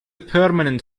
permanent